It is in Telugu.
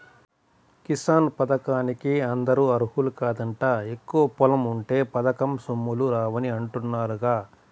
కిసాన్ పథకానికి అందరూ అర్హులు కాదంట, ఎక్కువ పొలం ఉంటే పథకం సొమ్ములు రావని అంటున్నారుగా